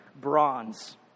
bronze